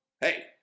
Hey